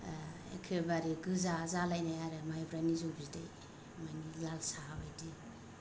ओ एखेबारे गोजा जालायनाय आरो माइब्रानि जौ बिदै माने लाल साहा बायदि